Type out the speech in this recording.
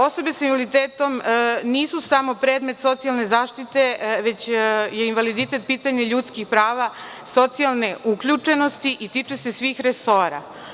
Osobe sa invaliditetom nisu samo predmet socijalne zaštite, već je invaliditet pitanje ljudskih prava, socijalne uključenosti i tiče se svih resora.